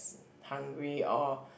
hungry or